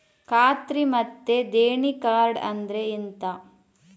ಖಾತ್ರಿ ಮತ್ತೆ ದೇಣಿ ಕಾರ್ಡ್ ಅಂದ್ರೆ ಎಂತ?